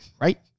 right